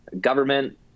government